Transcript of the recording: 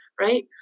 right